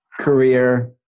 career